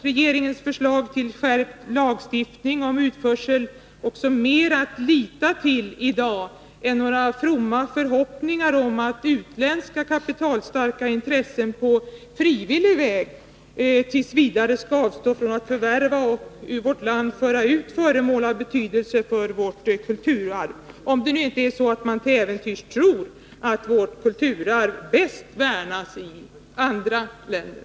Regeringens förslag till skärpt lagstiftning om utförsel är nog mer att lita till i dag än några fromma förhoppningar om att utländska, kapitalstarka intressen på frivillig väg t. v. skall avstå från att förvärva och ur vårt land föra ut föremål av betydelse för vårt kulturarv — om det nu inte är så att man till äventyrs tror att vårt kulturarv bäst värnas i andra länder.